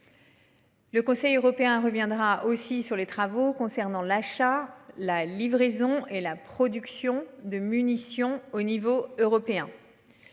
Le Conseil européen reviendra aussi sur les travaux concernant l'achat la livraison et la production de munitions au niveau européen.